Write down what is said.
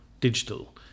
digital